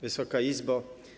Wysoka Izbo!